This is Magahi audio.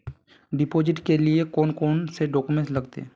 डिपोजिट के लिए कौन कौन से डॉक्यूमेंट लगते?